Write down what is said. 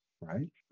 right